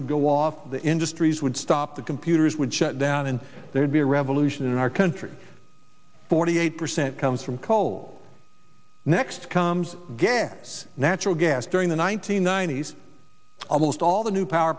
would go off the industries would stop the computers would shut down and there'd be a revolution in our country forty eight percent comes from coal next comes gas natural gas during the one nine hundred ninety s almost all the new power